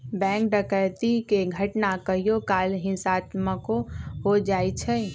bank डकैती के घटना कहियो काल हिंसात्मको हो जाइ छइ